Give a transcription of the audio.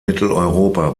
mitteleuropa